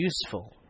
useful